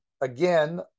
again